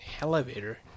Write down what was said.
elevator